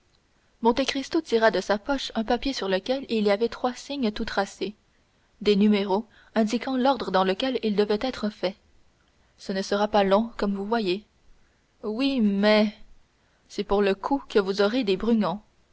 monte cristo tira de sa poche un papier sur lequel il y avait trois signes tout tracés des numéros indiquant l'ordre dans lequel ils devaient être faits ce ne sera pas long comme vous voyez oui mais c'est pour le coup que vous aurez des